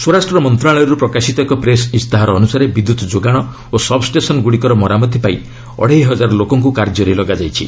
ସ୍ୱରାଷ୍ଟ୍ର ମନ୍ତ୍ରଣାଳୟରୁ ପ୍ରକାଶିତ ଏକ ପ୍ରେସ୍ ଇସ୍ତାହାର ଅନୁସାରେ ବିଦ୍ୟୁତ୍ ଯୋଗାଣ ଓ ସବ୍ଷ୍ଟେସନ୍ଗୁଡ଼ିକର ମରାମତି ପାଇଁ ଅଢ଼େଇ ହଜାର ଲୋକଙ୍କୁ କାର୍ଯ୍ୟରେ ଲଗାଯାଇଛି